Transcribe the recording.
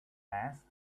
mass